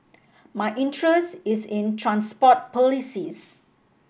my interest is in transport policies